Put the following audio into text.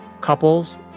couples